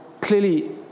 clearly